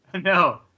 No